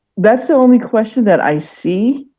that's the only question that i see.